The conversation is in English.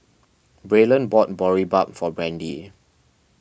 Braylen bought Boribap for Brandy